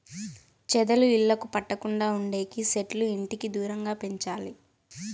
చెదలు ఇళ్లకు పట్టకుండా ఉండేకి సెట్లు ఇంటికి దూరంగా పెంచాలి